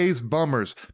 bummers